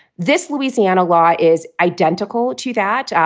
this louisiana law is identical to that.